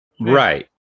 Right